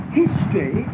history